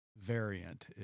Variant